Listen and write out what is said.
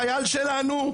חייל שלנו,